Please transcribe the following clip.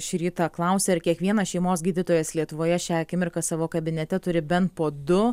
šį rytą klausė ar kiekvienas šeimos gydytojas lietuvoje šią akimirką savo kabinete turi bent po du